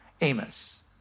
Amos